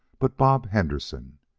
but bob henderson.